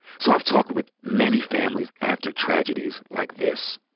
so i've talked with many families after tragedies like this.